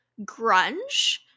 grunge